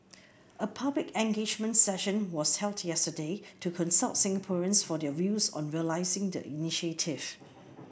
a public engagement session was held yesterday to consult Singaporeans for their views on realising the initiative